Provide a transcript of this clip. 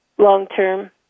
Long-term